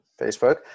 Facebook